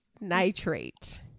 nitrate